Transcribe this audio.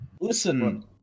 Listen